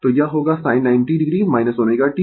तो यह होगा sin 90 o ω t